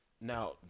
Now